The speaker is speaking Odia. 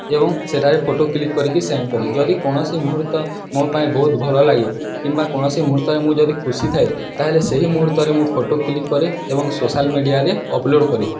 ଏବଂ ସେଠାରେ ଫଟୋ କ୍ଲିକ୍ କରିକି ସେଣ୍ଡ୍ କରେ ଯଦି କୌଣସି ମୁହୂର୍ତ୍ତ ମୋ ପାଇଁ ବହୁତ ଭଲ ଲାଗେ କିମ୍ବା କୌଣସି ମୁହୂର୍ତ୍ତରେ ମୁଁ ଯଦି ଖୁସି ଥାଏ ତା'ହେଲେ ସେହି ମୁହୂର୍ତ୍ତରେ ମୁଁ ଫଟୋ କ୍ଲିକ୍ କରେ ଏବଂ ସୋସିାଆଲ୍ ମିଡ଼ିଆରେ ଅପଲୋଡ଼୍ କରେ